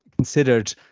considered